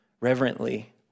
reverently